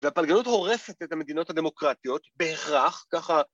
‫והפלגנות הורסת את המדינות ‫הדמוקרטיות, בהכרח, ככה...